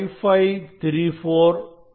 5534 ஆகும்